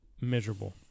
miserable